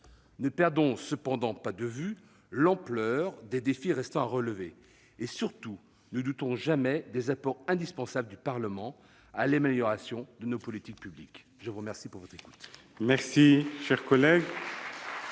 Ne perdons cependant pas de vue l'ampleur des défis qui restent à relever, et, surtout, ne doutons jamais des apports indispensables du Parlement à l'amélioration de nos politiques publiques ! La parole est à Mme Cathy